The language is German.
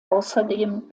außerdem